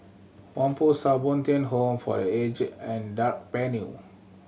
Whampoa South Bo Tien Home for The Aged and Drake Avenue